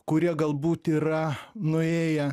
kurie galbūt yra nuėję